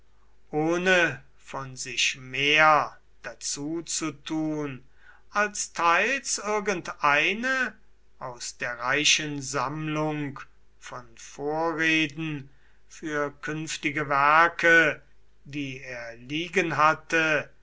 ohne von sich mehr dazu zu tun als teils irgendeine aus der reichen sammlung von vorreden für künftige werke die er liegen hatte